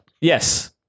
Yes